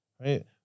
right